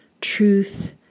truth